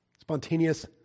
spontaneous